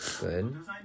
Good